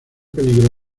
peligro